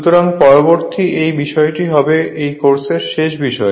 সুতরাং পরবর্তী এই বিষয়টি হবে এই কোর্সের শেষ বিষয়